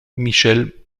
michel